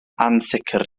ansicr